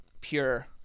pure